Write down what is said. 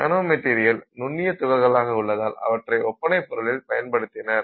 நானோ material நுண்ணிய துகள்களாக உள்ளதால் அவற்றை ஒப்பனை பொருளில் பயன்படுத்தினர்